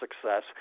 success